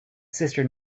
cistern